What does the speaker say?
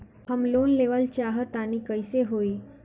हम लोन लेवल चाह तानि कइसे होई?